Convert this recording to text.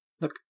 look